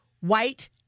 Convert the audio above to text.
white